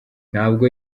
ntabwo